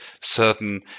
certain